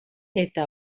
eta